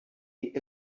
die